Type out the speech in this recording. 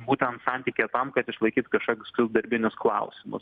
būtent santykyje tam kad išlaikyt kažkokius darbinius klausimus